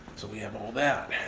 so we have all that.